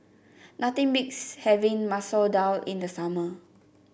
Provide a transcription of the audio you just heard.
nothing beats having Masoor Dal in the summer